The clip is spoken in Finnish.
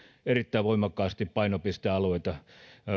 erittäin voimakkaasti painopistealueita